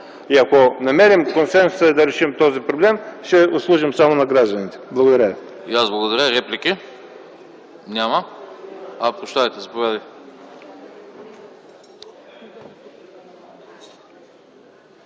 Ако намерим консенсус да решим този проблем, ще услужим само на гражданите. Благодаря